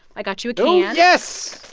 i got you a can oh, yes.